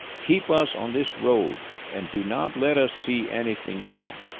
keep us on this road, and do not let us see anything wrong.